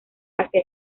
hacia